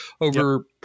over –